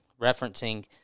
referencing